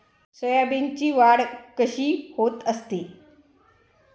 सोयाबीनची वाढ कशी होत असते?